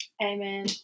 Amen